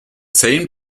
same